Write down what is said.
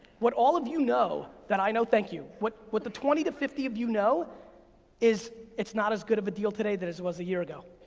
what all of you know that i know, thank you, what what the twenty to fifty of you know is it's not as good of a deal today that it was a year ago.